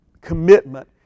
commitment